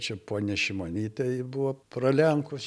čia ponia šimonytė jį buvo pralenkus